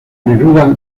neruda